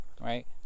right